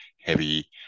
heavy